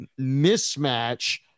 mismatch